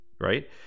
right